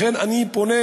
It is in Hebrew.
לכן, אני פונה